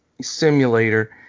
simulator